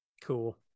Cool